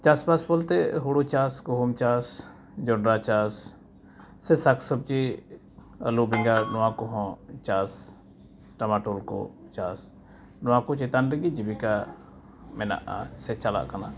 ᱪᱟᱥᱵᱟᱥ ᱵᱚᱞᱛᱮ ᱦᱳᱲᱳ ᱪᱟᱥ ᱜᱩᱦᱩᱢ ᱪᱟᱥ ᱡᱚᱱᱰᱨᱟ ᱪᱟᱥ ᱥᱮ ᱥᱟᱠᱼᱥᱚᱵᱽᱡᱤ ᱟᱹᱞᱩ ᱵᱮᱸᱜᱟᱲ ᱱᱚᱣᱟᱠᱚ ᱦᱚᱸ ᱪᱟᱥ ᱴᱟᱢᱟᱴᱳᱞ ᱠᱚ ᱪᱟᱥ ᱱᱚᱣᱟᱠᱚ ᱪᱮᱛᱟᱱ ᱨᱮᱜᱮ ᱡᱤᱵᱤᱠᱟ ᱢᱮᱱᱟᱜᱼᱟ ᱥᱮ ᱪᱟᱞᱟᱜ ᱠᱟᱱᱟ